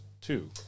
two